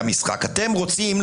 הטיף והלך.